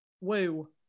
Woo